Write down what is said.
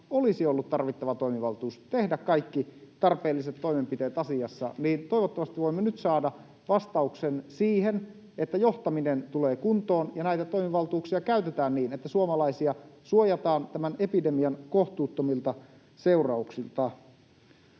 olisi ollut tarvittava toimivaltuus tehdä kaikki tarpeelliset toimenpiteet asiassa. Toivottavasti voimme nyt saada vastauksen siihen, että johtaminen tulee kuntoon ja näitä toimivaltuuksia käytetään niin, että suomalaisia suojataan tämän epidemian kohtuuttomilta seurauksilta.